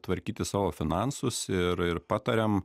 tvarkyti savo finansus ir ir patariam